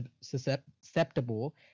susceptible